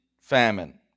famine